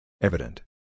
Evident